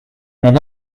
nad